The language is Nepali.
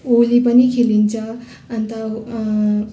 होली पनि खेलिन्छ अन्त